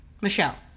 Michelle